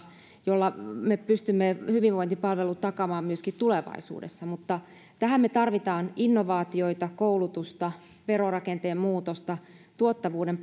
jolla me pystymme hyvinvointipalvelut takaamaan myöskin tulevaisuudessa mutta tähän me tarvitsemme innovaatioita koulutusta verorakenteen muutosta tuottavuuden